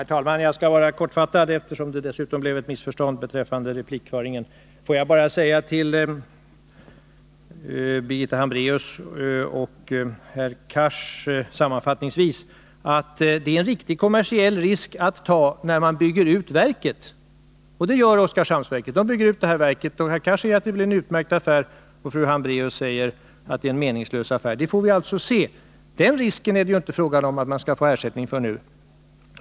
Herr talman! Jag skall vara kortfattad, speciellt som det uppstod ett missförstånd beträffande replikföringen. Får jag till Birgitta Hambraeus och Hadar Cars sammanfattningsvis säga att det är en riktig kommersiell risk man tar när man bygger ut verket. Och det gör OKG, kraftgruppen bygger ut verket. Det blir nog en utmärkt affär, trots att fru Hambraeus säger att det är en meningslös affär — det får vi se. Men det är inte fråga om att OKG skall få ersättning för denna risk.